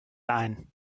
ein